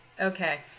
Okay